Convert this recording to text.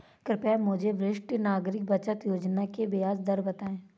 कृपया मुझे वरिष्ठ नागरिक बचत योजना की ब्याज दर बताएं?